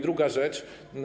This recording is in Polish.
Druga rzecz.